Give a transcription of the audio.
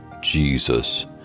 Jesus